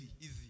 easy